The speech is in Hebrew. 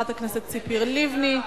חברת הכנסת ציפי לבני,